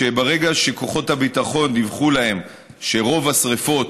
ברגע שכוחות הביטחון דיווחו להם שרוב השרפות,